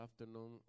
afternoon